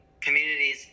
communities